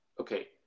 okay